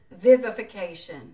vivification